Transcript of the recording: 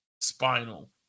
spinal